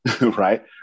Right